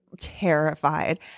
terrified